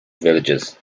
villages